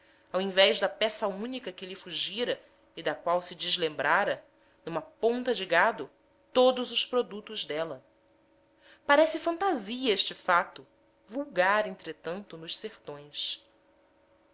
ao invés de peça única que lhe fugira e da qual se deslembrara numa ponta de gado todos os produtos dela parece fantasia este fato vulgar entretanto nos sertões